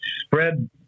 spread